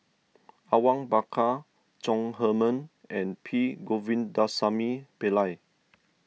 Awang Bakar Chong Heman and P Govindasamy Pillai